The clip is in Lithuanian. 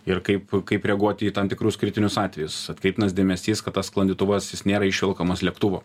ir kaip kaip reaguoti į tam tikrus kritinius atvejus atkreiptinas dėmesys kad tas sklandytuvas jis nėra išvelkamas lėktuvo